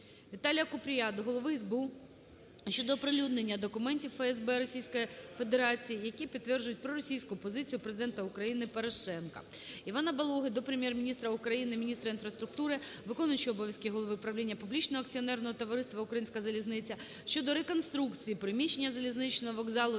ВіталіяКупрія до голови СБУ щодо оприлюднення документів ФСБ Російської Федерації, які підтверджують проросійську позицію Президента України Порошенка. Івана Балоги до Прем'єр-міністра України, мністра інфраструктури, виконуючого обов'язки голови правління публічного акціонерного товариства "Українська залізниця" щодо реконструкції приміщення залізничного вокзалу